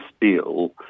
deal